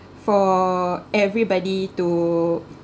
for everybody to